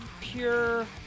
pure